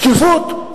שקיפות.